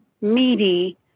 meaty